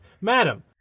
Madam